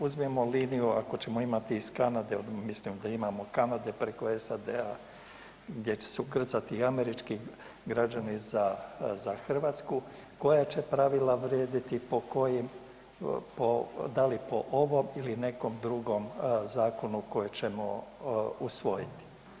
Uzmimo liniju ako ćemo imati iz Kanade, mislim da imamo Kanade preko SAD-a gdje će se ukrcati američki građani za Hrvatsku koja će pravila vrijediti, da li po ovom ili nekom drugom zakonu koje ćemo usvojiti?